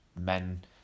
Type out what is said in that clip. ...men